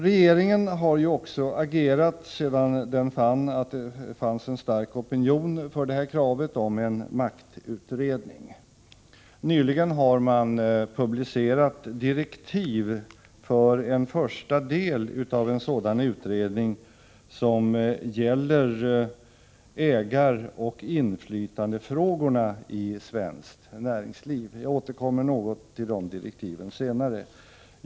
Regeringen har också agerat sedan den fann att det fanns en stark opinion för kravet på en maktutredning. Nyligen har regeringen publicerat direktiv för en första del av en sådan utredning som gäller ägaroch inflytandefrågor i svenskt näringsliv. Jag återkommer något till dessa direktiv senare.